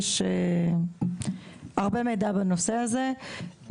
יש הרבה מידע בנושא הזה,